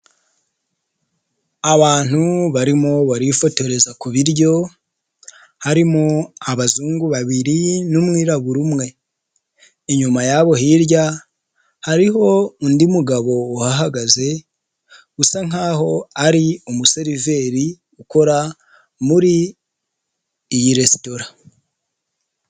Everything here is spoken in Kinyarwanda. Abantu barimo barifotoreza kuryo; harimo abazungu babiri, n'umwirabura umwe. Inyuma yabo hirya hariho undi mugabo uhagaze usa nk'aho ari umuseriveri ukora muri iyi resitora.